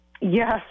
Yes